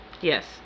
Yes